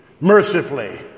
mercifully